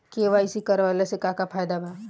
KYC करवला से का का फायदा बा?